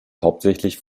hauptsächlich